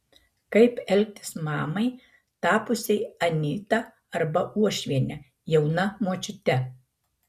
kaip elgtis mamai tapusiai anyta arba uošviene jauna močiute